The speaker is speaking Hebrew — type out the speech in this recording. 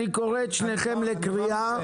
אני קורה את שניכם לקריאה.